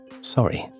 sorry